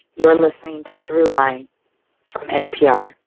you're listening to throughline from npr.